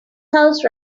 house